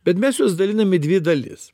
bet mes juos dalinam į dvi dalis